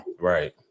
right